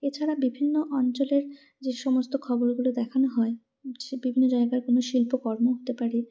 এছাড়া বিভিন্ন অঞ্চলের যে সমস্ত খবরগুলো দেখানো হয় যে বিভিন্ন জায়গার কোনো শিল্পকর্ম হতে পারে